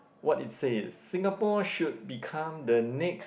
what it says Singapore should become the next